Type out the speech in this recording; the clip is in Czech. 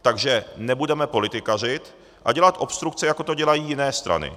Takže nebudeme politikařit a dělat obstrukce, jako to dělají jiné strany.